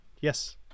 yes